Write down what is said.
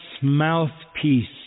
mouthpiece